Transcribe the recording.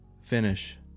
finish